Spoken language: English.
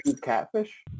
catfish